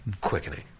quickening